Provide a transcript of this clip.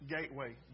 gateway